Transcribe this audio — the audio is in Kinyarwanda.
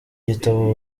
gitabo